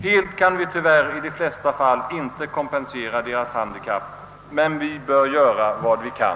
Helt kan vi tyvärr i de flesta fall inte kompensera deras handikapp. Men vi bör göra vad vi kan.